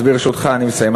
אז ברשותך, אני מסיים.